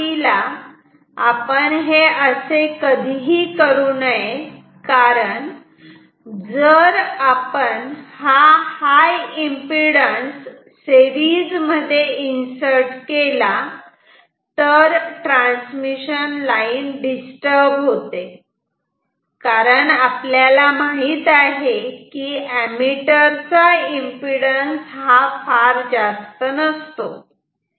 सुरुवातीला आपण हे असे कधीही करू नये कारण जर आपण हाय एम्पिडन्स सेरीज मध्ये इन्सर्ट केला तर ट्रान्समिशन लाईन डिस्टर्ब होते कारण आपल्याला माहित आहे कि एमीटर चा एम्पिडन्स जास्त नसतो